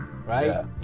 Right